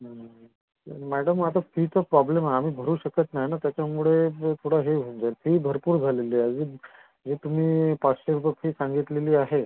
madam आता फीचा problem आहे आम्ही भरू शकत नाही ना त्याच्यामुळे थोडं हे होऊन जाईल फी भरपूर झालेली आहे जी जी तुम्ही पाचशे रुपये फी सांगितलेली आहे